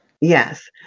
Yes